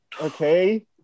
Okay